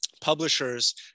publishers